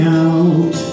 out